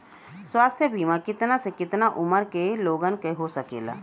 स्वास्थ्य बीमा कितना से कितना उमर के लोगन के हो सकेला?